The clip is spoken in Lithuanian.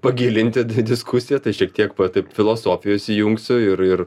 pagilinti diskusiją tai šiek tiek va taip filosofijos įjungsiu ir ir